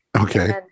Okay